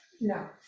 No